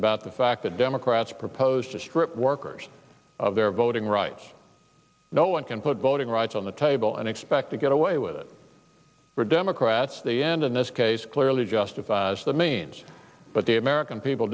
about the fact that democrats propose to strip workers of their voting rights no one can put voting rights on the table and expect to get away with it were democrats they and in this case clearly justifies the means but the american people